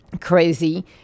crazy